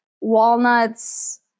walnuts